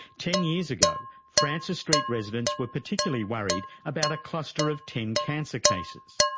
ten years ago, francis st residents were particularly worried about a cluster of ten cancer cases.